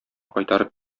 кайтарып